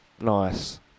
Nice